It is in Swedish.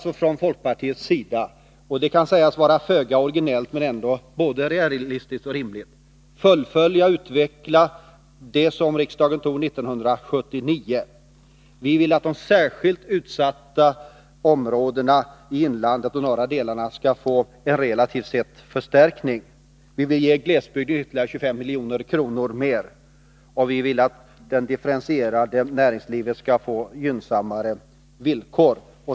Vi vill från folkpartiets sida fullfölja och utveckla det som riksdagen fattade beslut om 1979. Det kan sägas vara föga originellt, men det är både realistiskt och rimligt. Vi vill att de särskilt utsatta områdena i inlandet och de norra delarna skall få en förstärkning relativt sett. Vi vill också ge glesbygden ytterligare 25 milj.kr. och det differentierade näringslivet gynnsammare villkor.